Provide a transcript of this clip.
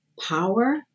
power